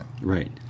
Right